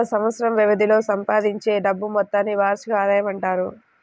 ఒక సంవత్సరం వ్యవధిలో సంపాదించే డబ్బు మొత్తాన్ని వార్షిక ఆదాయం అంటారు